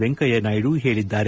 ವೆಂಕಯ್ಯ ನಾಯ್ಡು ಹೇಳಿದ್ದಾರೆ